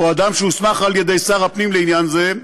או אדם שהוסמך על-ידי שר הפנים לעניין זה,